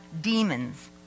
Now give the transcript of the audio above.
demons